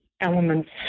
elements